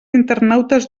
internautes